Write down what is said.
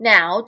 Now